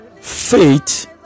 faith